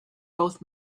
both